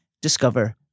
discover